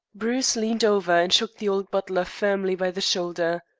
bruce leaned over and shook the old butler firmly by the shoulder.